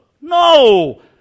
No